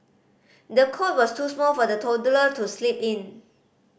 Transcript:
the cot was too small for the toddler to sleep in